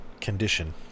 condition